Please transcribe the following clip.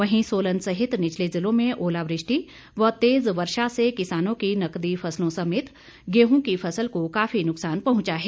वहीं सोलन सहित निचले जिलों में ओलावृष्टि व तेज वर्षा से किसानों की नकदी फसलों सहित गेहूं की फसल को काफी नुक्सान पहुंचा है